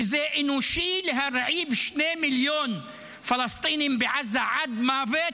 שזה אנושי להרעיב 2 מיליון פלסטינים בעזה עד מוות,